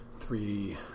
Three